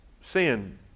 Sin